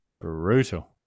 Brutal